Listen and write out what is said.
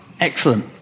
Excellent